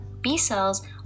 B-cells